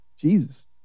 Jesus